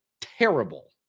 terrible